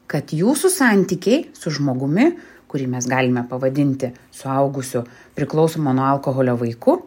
kad jūsų santykiai su žmogumi kurį mes galime pavadinti suaugusiu priklausomo nuo alkoholio vaiku